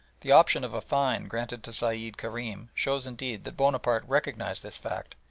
the option of a fine granted to sayed kerim shows indeed that bonaparte recognised this fact,